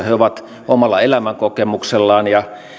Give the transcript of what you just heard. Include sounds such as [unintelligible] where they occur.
[unintelligible] he ovat omalla elämänkokemuksellaan ja